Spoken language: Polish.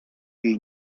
jej